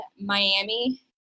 Miami